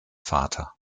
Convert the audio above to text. vater